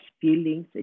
feelings